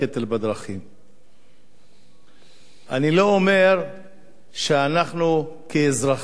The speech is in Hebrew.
אני לא אומר שאנחנו כאזרחים עושים את חלקנו בעניין.